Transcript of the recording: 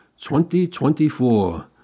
2024